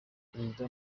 perezida